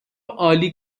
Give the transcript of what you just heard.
عالی